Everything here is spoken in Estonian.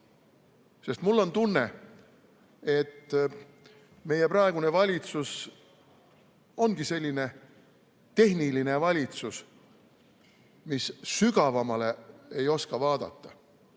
Sest mul on tunne, et meie praegune valitsus ongi selline tehniline valitsus, kes sügavamale ei oska vaadata.